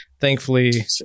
Thankfully